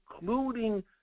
including